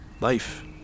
life